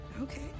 Okay